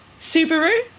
Subaru